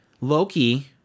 Loki